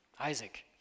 Isaac